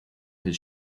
his